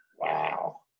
Wow